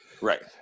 Right